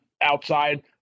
outside